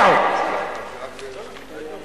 ההצעה להעביר את הנושא לוועדה שתקבע ועדת הכנסת נתקבלה.